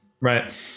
right